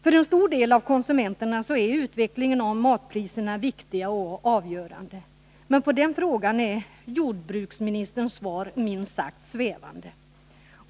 För en stor del av konsumenterna är utvecklingen av matpriserna viktig och avgörande. Men på den punkten är jordbruksministerns svar minst sagt svävande.